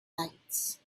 lights